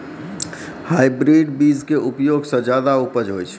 hybrid बीज के उपयोग सॅ ज्यादा उपज होय छै